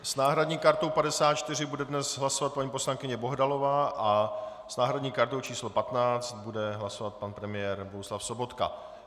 S náhradní kartou 54 bude dnes hlasovat paní poslankyně Bohdalová a s náhradní kartou číslo 15 bude hlasovat pan premiér Bohuslav Sobotka.